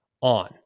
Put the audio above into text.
on